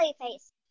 face